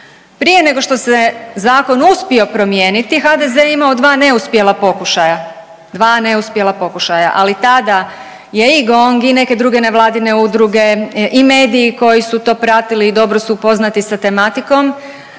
prije nego što se zakon uspio promijeniti HDZ je imao dva neuspjela pokušaja. Dva neuspjela pokušaja, ali tada je i GONG i neke druge nevladine udruge i mediji koji su to pratili i dobro su upoznati sa tematikom